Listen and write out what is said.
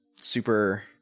super